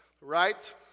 right